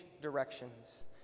directions